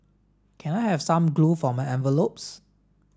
can I have some glue for my envelopes